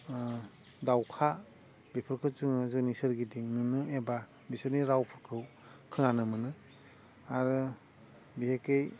दावखा बेफोरखौ जोङो जोंनि सोरगिदिं नुनो एबा बिसोरनि रावफोरखौ खोनानो मोनो आरो बिहेखे